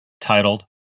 titled